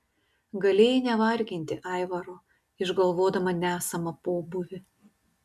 galėjai nevarginti aivaro išgalvodama nesamą pobūvį